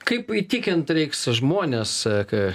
kaip įtikint reiks žmones ka